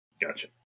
Gotcha